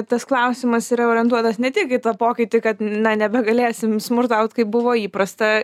tas klausimas yra orientuotas ne tik į tą pokytį kad na nebegalėsim smurtaut kaip buvo įprasta